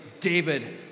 David